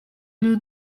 nous